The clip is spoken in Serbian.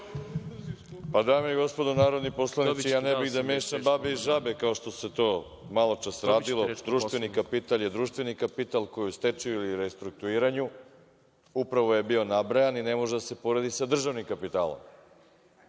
Dame i gospodo narodni poslanici, ja ne bih da mešam babe i žabe kao što se to maločas radilo. Društveni kapital je društveni kapital ko je u stečaju i restrukturiranju, upravo je bio nabrajan i ne može da se poredi sa državnim kapitalom.